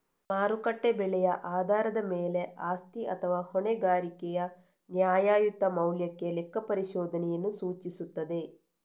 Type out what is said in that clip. ಮಾರುಕಟ್ಟೆ ಬೆಲೆಯ ಆಧಾರದ ಮೇಲೆ ಆಸ್ತಿ ಅಥವಾ ಹೊಣೆಗಾರಿಕೆಯ ನ್ಯಾಯಯುತ ಮೌಲ್ಯಕ್ಕೆ ಲೆಕ್ಕಪರಿಶೋಧನೆಯನ್ನು ಸೂಚಿಸುತ್ತದೆ